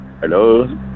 Hello